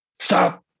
stop